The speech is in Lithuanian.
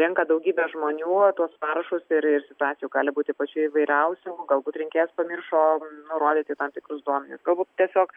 renka daugybė žmonių tuos parašus ir ir situacijų gali būti pačių įvairiausių galbūt rinkėjas pamiršo nurodyti tam tikrus duomenis galbūt tiesiog